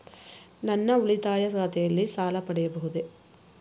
ನನ್ನ ಉಳಿತಾಯ ಖಾತೆಯಲ್ಲಿ ಸಾಲ ಪಡೆಯಬಹುದೇ?